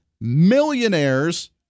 millionaires